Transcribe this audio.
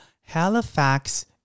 Halifax